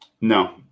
No